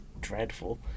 dreadful